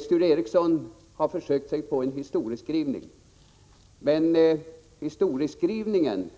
Sture Ericson har försökt sig på en historieskrivning, men historieskrivningen